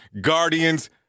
Guardians